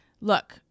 look